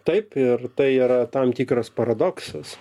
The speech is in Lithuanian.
taip ir tai yra tam tikras paradoksas